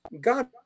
God